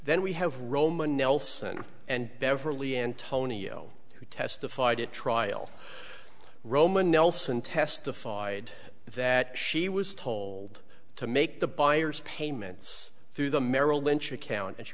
then we have roman nelson and beverly antonio who testified at trial roman nelson testified that she was told to make the buyer's payments through the merrill lynch account and she